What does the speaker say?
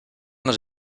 nos